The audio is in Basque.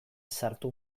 sartu